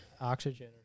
Oxygen